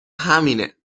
همینه